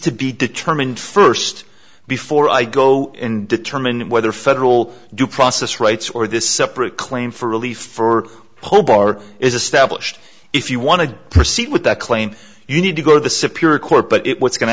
to be determined first before i go in determining whether federal due process rights or this separate claim for relief for the whole bar is established if you want to proceed with that claim you need to go to the superior court but it what's go